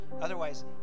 Otherwise